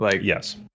Yes